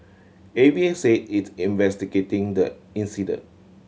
A V A said it's investigating the incident